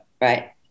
right